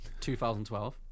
2012